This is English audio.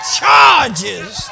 charges